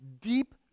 deep